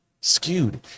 skewed